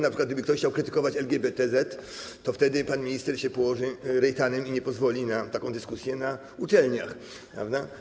Na przykład gdyby ktoś chciał krytykować LGBTZ, to wtedy pan minister się położy Rejtanem i nie pozwoli na taką dyskusję na uczelniach, prawda?